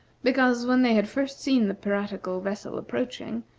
because, when they had first seen the piratical vessel approaching,